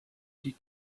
die